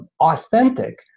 authentic